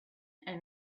and